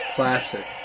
Classic